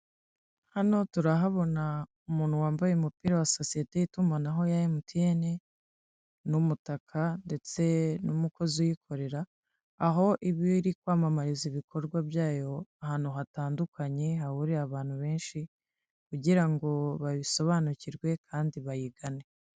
Hano turahabona umuntu wambaye umupira wa sosiyete y'itumanaho ya MTN, n'umutaka ndetse n'umukozi uyikorera, aho iba iri kwamamariza ibikorwa byayo ahantu hatandukanye, hahurira abantu benshi kugira ngo babisobanukirwe kandi bayigane.